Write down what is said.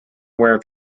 wear